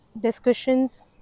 discussions